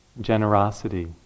generosity